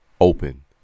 open